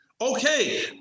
Okay